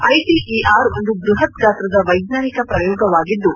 ITER ಒಂದು ಬೃಹತ್ ಗಾತ್ರದ ವೈಜ್ಞಾನಿಕ ಪ್ರಯೋಗವಾಗಿದ್ದು